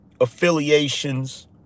affiliations